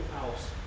house